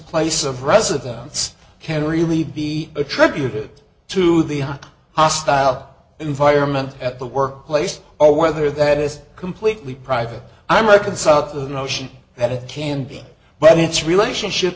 place of residence can really be attributed to the hostile environment at the workplace or whether that is completely private i'm reconciled to the notion that it can be but its relationship